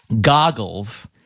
Goggles